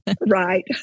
Right